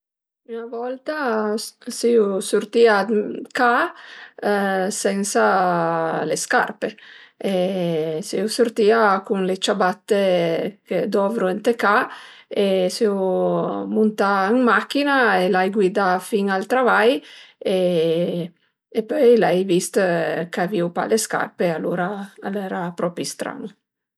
Üna volta sun sürtìa 'd ca sensa le scarpe, sun sürtìa cun le ciabatte chë dovru ënt e ca e sun muntà ën machina e l'ai guidà fin al travai e pöi l'ai vist ch'aviu pa le scarpe e alura al era propi stran